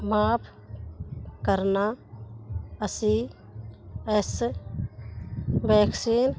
ਮਾਫ਼ ਕਰਨਾ ਅਸੀਂ ਇਸ ਵੈਕਸੀਨ